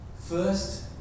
First